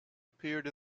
appeared